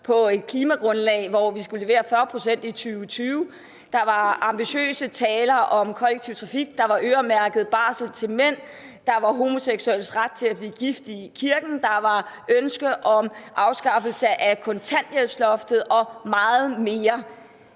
et klimamål om, at vi skulle levere 40 pct. i 2020; der var ambitiøse taler om kollektiv trafik; der var øremærket barsel til mænd; der var homoseksuelles ret til at blive gift i kirken; der var ønsket om afskaffelse af kontanthjælpsloftet og meget mere.